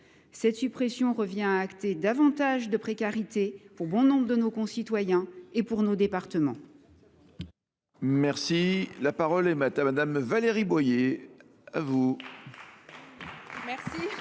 Cette suppression revient à accroître la précarité pour bon nombre de nos concitoyens et pour nos départements.